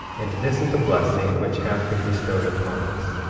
and this is the blessing which hath been bestowed upon us,